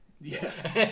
Yes